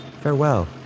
Farewell